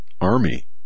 Army